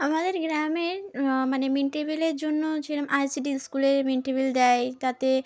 আমাদের গ্রামের মানে মিড ডে মিলের জন্য যেরকম আইআরসিটি স্কুলে মিড ডে মিল দেয় তাতে